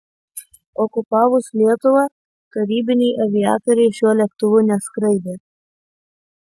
okupavus lietuvą tarybiniai aviatoriai šiuo lėktuvu neskraidė